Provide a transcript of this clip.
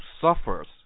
suffers